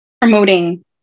promoting